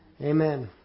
Amen